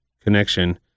connection